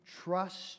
trust